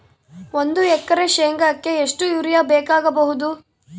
ಒಂದು ಎಕರೆ ಶೆಂಗಕ್ಕೆ ಎಷ್ಟು ಯೂರಿಯಾ ಬೇಕಾಗಬಹುದು?